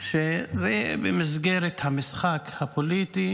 שזה במסגרת המשחק הפוליטי